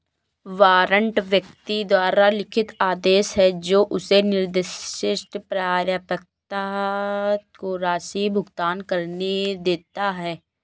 warrant व्यक्ति द्वारा लिखित आदेश है जो उसे निर्दिष्ट प्राप्तकर्ता को राशि भुगतान करने देता है